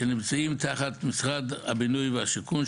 שנמצאות תחת משרד הבינוי והשיכון,